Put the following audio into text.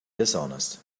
dishonest